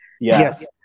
Yes